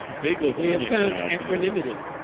big loss, found equanimity.